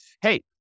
hey